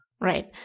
Right